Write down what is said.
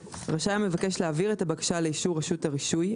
רשאי המבקש להעביר את הבקשה לאישור רשות הרישוי,